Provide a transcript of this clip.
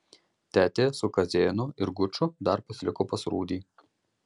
tetė su kazėnu ir guču dar pasiliko pas rūdį